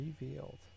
Revealed